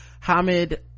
Hamid